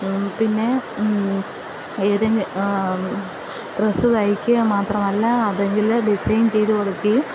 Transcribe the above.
പിന്നെ ഏതെ ഡ്രസ്സ് തയ്ക്കുക മാത്രമല്ല അതിൽ ഡിസൈൻ ചെയ്തു കൊടുക്കുകയും